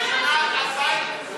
אז למה אתם תוקפים?